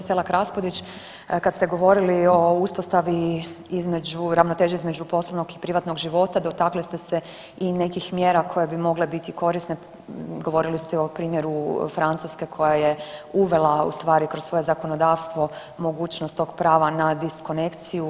Kolegice Selak RAspudić kad ste govorili o uspostaviti ravnoteže između poslovnog i privatnog života dotakli ste se i nekih mjera koje bi mogle biti korisne, govorili ste o primjeru Francuske koja je uvela ustvari kroz svoje zakonodavstvo mogućnost tog prava na diskonekciju.